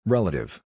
Relative